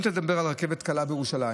אם אתה מדבר על רכבת קלה בירושלים,